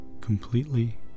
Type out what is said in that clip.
completely